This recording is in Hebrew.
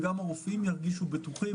וגם הרופאים ירגישו בטוחים.